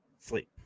sleep